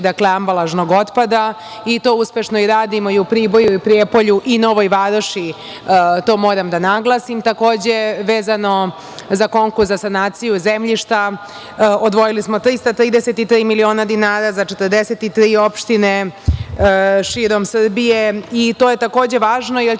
ambalažnog otpada i to uspešno i radimo u Priboju, Prijepolju i Novoj Varoši, to moram da naglasim. Takođe, vezano za konkurs za sanaciju zemljišta odvojili smo 333 miliona dinara za 43 opštine širom Srbije. To je takođe važno, jer će